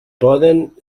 poden